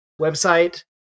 website